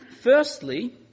Firstly